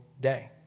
day